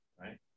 right